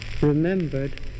Remembered